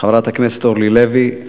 חברת הכנסת אורלי לוי,